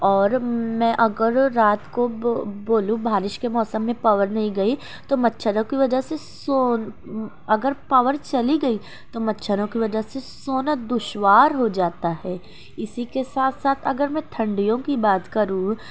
اور میں اگر میں رات کو بو بولوں بارش کے موسم میں پاور نہیں گئی تو مچھروں کی وجہ سے سو اگر پاور چلی گئی تو مچھروں کی وجہ سے سونا دشوار ہوجاتا ہے اسی کے ساتھ ساتھ اگر میں ٹھنڈیوں کی بات کروں